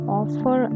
offer